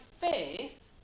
faith